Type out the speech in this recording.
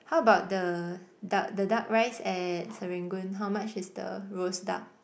how about the duck the duck rice at Serangoon how much is the roast duck